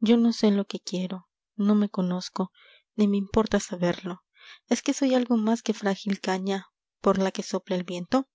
yo no sé lo que quiero no me conozco ni me importa saberlo es que soy algo más que frágil caña por la que sopla el viento